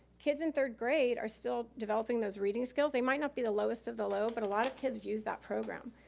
kids in third grade are still developing those reading skills. they might not be the lowest of the low, but a lot of kids use that program.